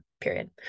period